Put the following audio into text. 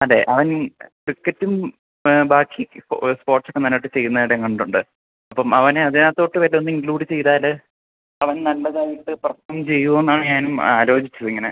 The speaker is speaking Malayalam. അതെ അവൻ ക്രിക്കറ്റും ബാക്കി സ്പോർട്സൊക്കെ നന്നായിട്ട് ചെയ്യുന്നതവിടെ കണ്ടിട്ടുണ്ട് അപ്പം അവനെ അതിനകത്തോട്ട് വല്ലതും ഇൻക്ലൂഡ് ചെയ്താൽ അവൻ നല്ലതായിട്ട് പെർഫോം ചെയ്യുമെന്നാണ് ഞാനും ആലോചിച്ചതിങ്ങനെ